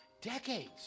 decades